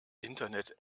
internet